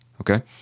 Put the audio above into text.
okay